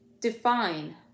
define